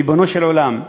ריבונו של עולם,